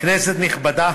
כנסת נכבדה,